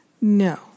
No